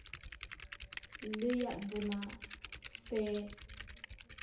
ᱞᱟᱹᱭᱟᱜ ᱵᱚᱱᱟ ᱥᱮ